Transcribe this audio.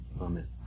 Amen